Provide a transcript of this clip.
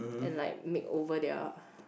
and like make over their